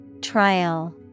Trial